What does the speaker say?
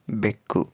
ಬೆಕ್ಕು